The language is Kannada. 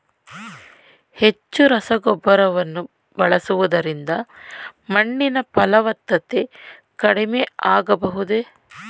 ಹೆಚ್ಚು ರಸಗೊಬ್ಬರವನ್ನು ಬಳಸುವುದರಿಂದ ಮಣ್ಣಿನ ಫಲವತ್ತತೆ ಕಡಿಮೆ ಆಗಬಹುದೇ?